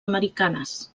americanes